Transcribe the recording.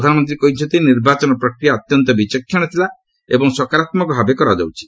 ପ୍ରଧାନମନ୍ତ୍ରୀ କହିଛନ୍ତି ନିର୍ବାଚନ ପ୍ରକ୍ରିୟା ଅତ୍ୟନ୍ତ ବିଚକ୍ଷଣ ଥିଲା ଏବଂ ସକାରାତ୍ମକ ଭାବେ କରାଯାଉଛି